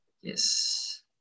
Yes